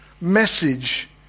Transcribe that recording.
message